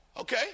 Okay